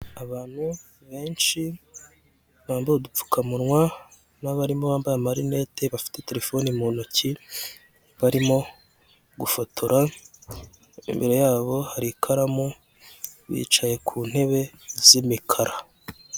Abantu benshi bambaye udupfukamunwa n'abarimo bambaye amarinete bafite telefone mu ntoki barimo gufotora imbere yabo hari ikaramu bicaye ku ntebe z'imikara.